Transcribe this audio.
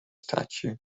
statue